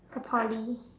or Poly